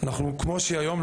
כמו שהיא היום,